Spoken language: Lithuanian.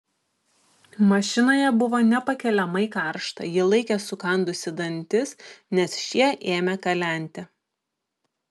mašinoje buvo nepakeliamai karšta ji laikė sukandusi dantis nes šie ėmė kalenti